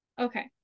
Okay